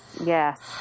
yes